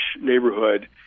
neighborhood